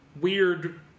weird